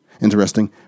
Interesting